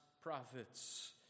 Prophets